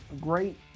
great